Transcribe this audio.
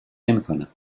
نمیکنم